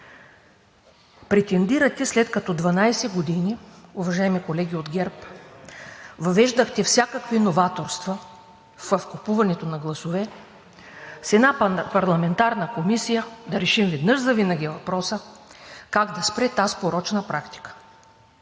Претендирате, след като 12 години, уважаеми колеги от ГЕРБ, въвеждахте всякакви новаторства в купуването на гласове, с една парламентарна комисия да решим веднъж завинаги въпроса как да спре тази порочна практика.